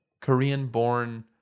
Korean-born